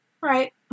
Right